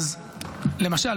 למשל,